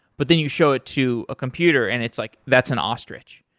but then you show it to a computer and it's like, that's an ostrich.